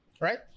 Right